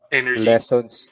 Lessons